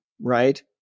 right